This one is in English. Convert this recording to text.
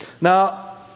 Now